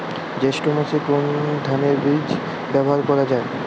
জৈষ্ঠ্য মাসে কোন ধানের বীজ ব্যবহার করা যায়?